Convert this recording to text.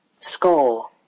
Score